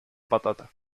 patata